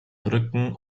brücken